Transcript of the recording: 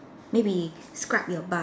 maybe scrub your butt